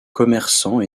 commerçant